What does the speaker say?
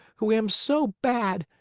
who am so bad,